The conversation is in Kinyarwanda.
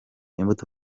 imbuto